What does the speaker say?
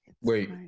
Wait